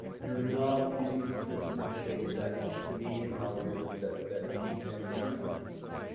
you're not using the full potential of that just amazing algorithm that that these networks have created.